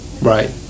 right